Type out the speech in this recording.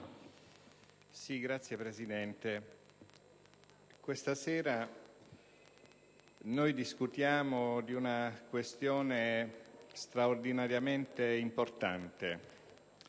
Signora Presidente, questa sera discutiamo di una questione straordinariamente importante,